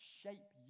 shape